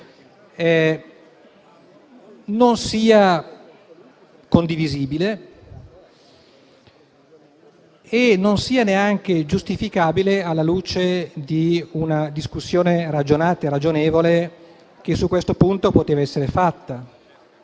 non sia condivisibile e neanche giustificabile alla luce di una discussione ragionata e ragionevole che su questo punto poteva essere fatta.